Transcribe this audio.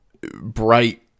bright